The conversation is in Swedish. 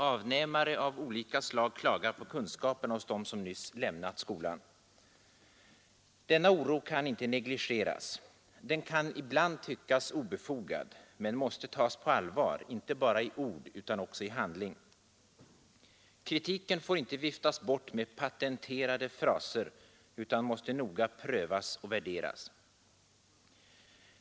Avnämare av olika slag klagar på kunskaperna hos dem som nyss lämnat skolan. Denna oro kan inte negligeras. Den kan ibland tyckas obefogad men måste tas på allvar — inte bara i ord utan också i handling. Kritiken får inte viftas bort med patenterade fraser utan måste noga prövas och värderas.